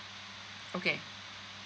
okay